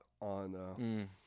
on